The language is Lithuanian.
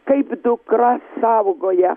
kaip dukra saugoja